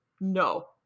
No